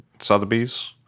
Sotheby's